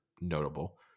notable